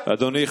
אדוני,